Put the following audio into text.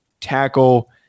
tackle